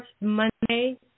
Monday